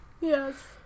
yes